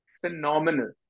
Phenomenal